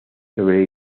sobre